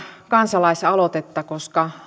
kansalaisaloitetta koska